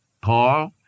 Paul